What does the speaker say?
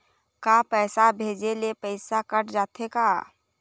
का पैसा भेजे ले पैसा कट जाथे का?